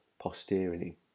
posteriorly